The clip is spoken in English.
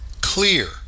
clear